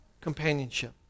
companionship